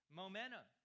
momentum